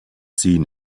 seen